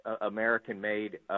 American-made